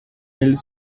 elle